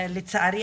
לצערי,